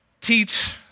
teach